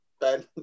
Ben